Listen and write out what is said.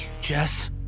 Jess